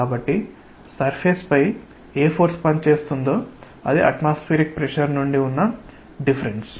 కాబట్టి సర్ఫేస్ పై ఏ ఫోర్స్ పనిచేస్తుందో అది అట్మాస్ఫియరిక్ ప్రెషర్ నుండి ఉన్న డిఫరెన్స్